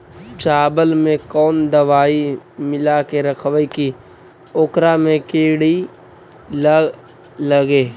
चावल में कोन दबाइ मिला के रखबै कि ओकरा में किड़ी ल लगे?